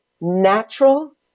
natural